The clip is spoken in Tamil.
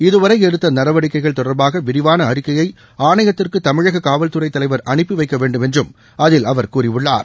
இதுவரை எடுத்த நடவடிக்கைகள் தொடர்பாக விரிவான அறிக்கையை ஆணையத்திற்கு தமிழக காவல்துறை தலைவர் அனுப்பி வைக்க வேண்டும் என்றும் அதில் அவர் கூறியுள்ளார்